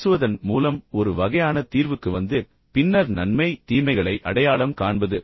பேசுவதன் மூலம் ஒரு வகையான தீர்வுக்கு வந்து பின்னர் நன்மை தீமைகளை அடையாளம் காண்பது